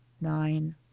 nine